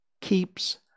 keeps